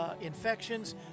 infections